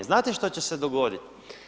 Znate šta će se dogoditi?